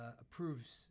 approves